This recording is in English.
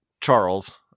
Charles